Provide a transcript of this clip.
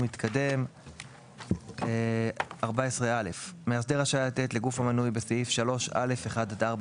מתקדם 14. (א) מאסדר רשאי לתת לגוף המנוי בסעיף 3(א)(1) עד (4),